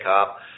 up